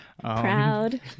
Proud